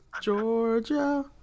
Georgia